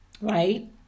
right